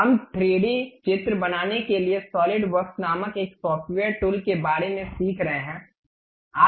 हम 3D चित्र बनाने के लिए सॉलिडवर्क्स नामक एक सॉफ्टवेयर टूल के बारे में सीख रहे हैं